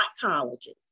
colleges